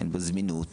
בזמינות